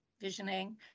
visioning